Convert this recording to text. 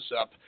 up